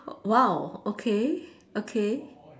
!wow! okay okay